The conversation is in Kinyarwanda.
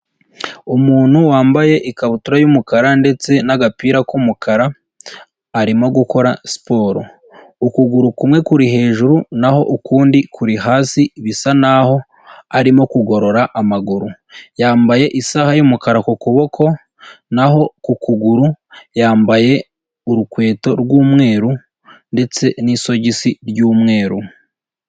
Umuntu wambaye ikabutura y'umukara ndetse n'agapira k'umukara arimo gukora siporo, ukuguru kumwe kuri hejuru naho ukundi kuri hasi, bisa naho arimo kugorora amaguru, yambaye isaha y'umukara ku kuboko naho ku kuguru yambaye urukweto rw'umweru ndetse n'isogisi ry'umweru.